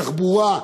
תחבורה,